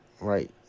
Right